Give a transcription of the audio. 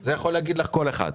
זה יכול להגיד לך כל אחד.